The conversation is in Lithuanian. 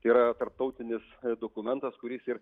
tai yra tarptautinis dokumentas kuris ir